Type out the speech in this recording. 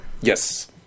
Yes